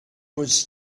was